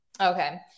Okay